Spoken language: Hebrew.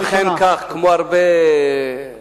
אכן כך, כמו הרבה חוקים